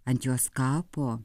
ant jos kapo